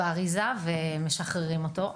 באריזה, ומשחררים אותו.